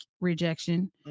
rejection